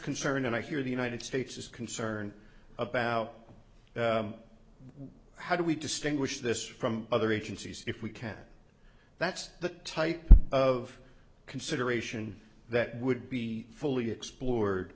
concern and i hear the united states is concerned about how do we distinguish this from other agencies if we can that's the type of consideration that would be fully explored